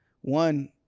One